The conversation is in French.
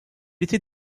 était